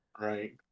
Right